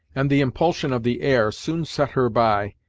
and the impulsion of the air, soon set her by,